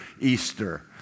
Easter